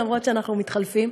למרות שאנחנו מתחלפים,